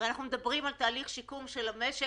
אנחנו מדברים על תהליך שיקום של המשק,